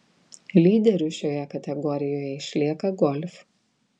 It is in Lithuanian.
lyderiu šioje kategorijoje išlieka golf